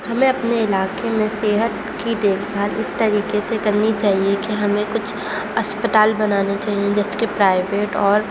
ہمیں اپنے علاقے میں صحت کی دیکھ بھال اس طریقے سے کرنی چاہیے کہ ہمیں کچھ اسپتال بنانا چاہیے جیسے کہ پرائیوٹ اور